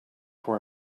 for